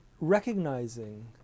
recognizing